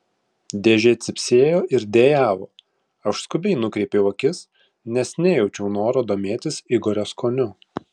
dėžė cypsėjo ir dejavo aš skubiai nukreipiau akis nes nejaučiau noro domėtis igorio skoniu